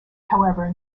however